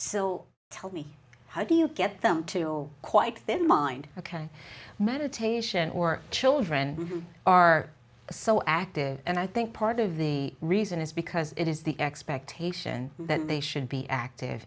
so tell me how do you get them to quite thin mind ok meditation or children are so active and i think part of the reason is because it is the expectation that they should be active